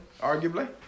arguably